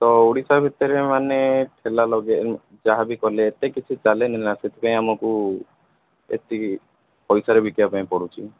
ତ ଓଡ଼ିଶା ଭିତରେ ମାନେ ଠେଲା ଲଗେଇ ଯାହା ବି କଲେ ଏତେ କିଛି ଚାଲେନି ନା ସେଥିପାଇଁ ଆମକୁ ଏତିକି ପଇସାରେ ବିକିବା ପାଇଁ ପଡୁଛି